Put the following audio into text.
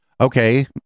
Okay